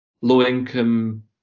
low-income